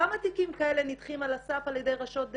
כמה תיקים כאלה נדחים על הסף על ידי ראשות דסק?